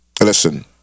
listen